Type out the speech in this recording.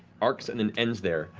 arcs, and then ends there.